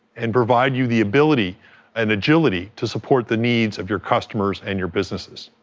and provide you the ability and agility to support the needs of your customers and your businesses.